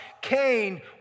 Cain